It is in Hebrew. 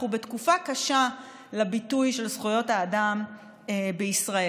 אנחנו בתקופה קשה לביטוי של זכויות האדם בישראל,